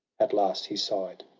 at last he sigh'd,